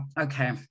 okay